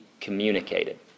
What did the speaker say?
communicated